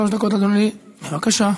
שלוש דקות, אדוני, בבקשה.